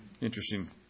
Interesting